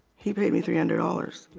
he paid me three hundred dollars.